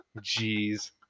Jeez